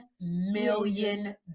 million